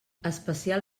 especial